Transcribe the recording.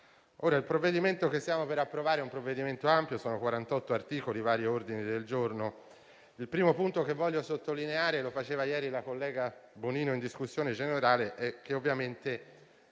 Il provvedimento che stiamo per approvare è ampio, essendo costituito da 48 articoli e vari ordini del giorno. Il primo punto che voglio sottolineare, come già rilevato ieri dalla collega Bonino in discussione generale, è che ovviamente